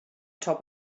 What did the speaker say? top